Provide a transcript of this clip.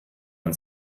man